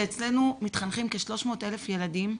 שאצלנו מתחנכים כ-300,000 ילדים.